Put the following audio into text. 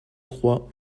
trois